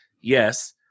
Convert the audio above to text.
Yes